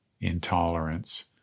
intolerance